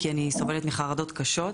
כי אני סובלת מחרדות קשות,